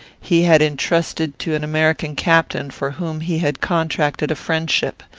he had intrusted to an american captain for whom he had contracted a friendship.